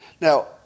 Now